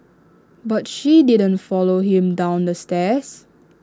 but she did not follow him down the stairs